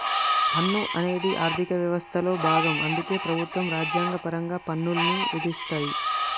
పన్ను అనేది ఆర్థిక వ్యవస్థలో భాగం అందుకే ప్రభుత్వం రాజ్యాంగపరంగా పన్నుల్ని విధిస్తది